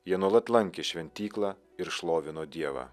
jie nuolat lankė šventyklą ir šlovino dievą